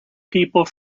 people